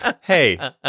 hey